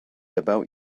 about